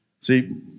See